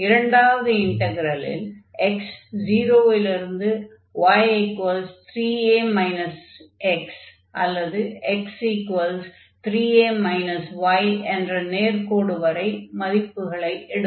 இரண்டாவது இன்டக்ரலில் x 0 இலிருந்து y3a x அல்லது x3a y என்ற நேர்க்கோடு வரை மதிப்புகளை எடுக்கும்